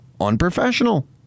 unprofessional